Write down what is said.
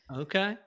Okay